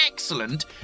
excellent